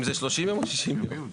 אם זה 30 ימים או 60 ימים.